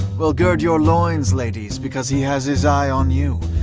well, gird your loins, ladies, because he has his eye on you.